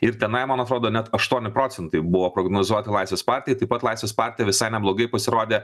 ir tenai man atrodo net aštuoni procentai buvo prognozuoti laisvės partijai taip pat laisvės partija visai neblogai pasirodė